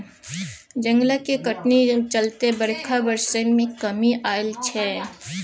जंगलक कटनी चलते बरखा बरसय मे कमी आएल छै